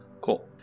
Cool